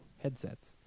headsets